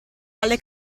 alle